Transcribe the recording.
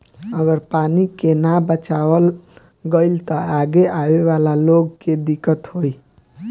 अगर पानी के ना बचावाल गइल त आगे आवे वाला लोग के दिक्कत होई